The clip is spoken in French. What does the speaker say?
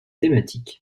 thématique